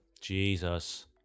Jesus